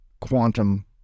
quantum